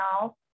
now